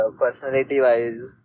personality-wise